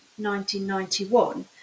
1991